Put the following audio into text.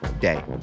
day